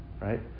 Right